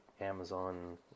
Amazon